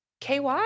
KY